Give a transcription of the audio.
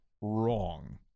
wrong